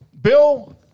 Bill